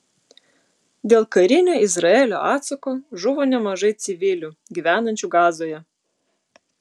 dėl karinio izraelio atsako žuvo nemažai civilių gyvenančių gazoje